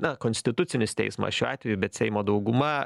na konstitucinis teismas šiuo atveju bet seimo dauguma